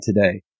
today